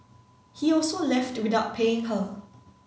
he also left without paying her